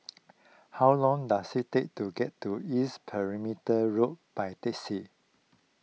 how long does it take to get to East Perimeter Road by taxi